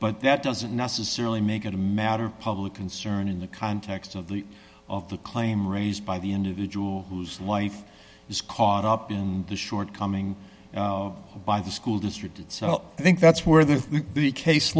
but that doesn't necessarily make it a matter of public concern in the context of the of the claim raised by the individual whose life is caught up in the shortcoming by the school district and so i think that's where the case